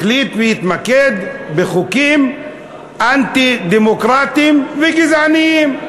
החליט להתמקד בחוקים אנטי-דמוקרטיים וגזעניים.